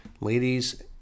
Ladies